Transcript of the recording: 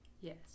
Yes